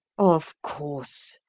of course!